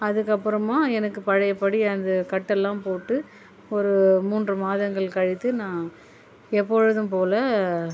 அதுப்புறமா எனக்கு பழைய படி அந்த கட்டு எல்லாம் போட்டு ஒரு முன்று மாதங்கள் கழித்து நான் எப்பொழுதும் போல